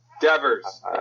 Devers